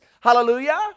Hallelujah